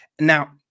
Now